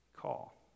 call